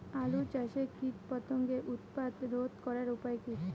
আলু চাষের কীটপতঙ্গের উৎপাত রোধ করার উপায় কী?